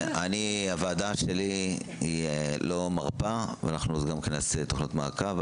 הוועדה שלי לא מרפה, ואנחנו גם נעשה תכניות מעקב.